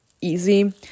easy